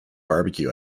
barbecue